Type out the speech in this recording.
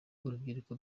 urubyiruko